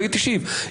ולהגיד תקשיב,